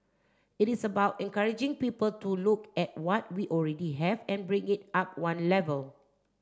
it is about encouraging people to look at what we already have and bring it up one level